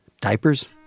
Diapers